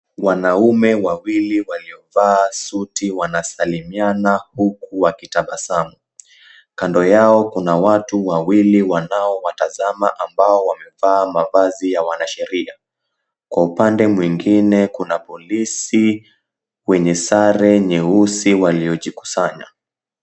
Wanaume wawili waliovaa suti wanasalimiana huku wakitabasamu. 𝐾ando yao kuna watu wawili wanaowatazama ambao wamevaa mavazi ya wanasheria. Kwa upande mwingine kuna polisi wenye sare nyeusi waliojikusanya.